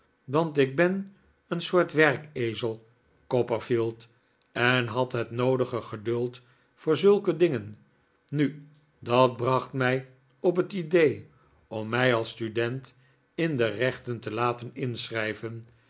want ik ben een soort werkezel copperfield en had het noodige geduld voor zulke dingen nu dat bracht mij op t idee om mij als student in de rechten te laten inschrijven